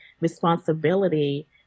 responsibility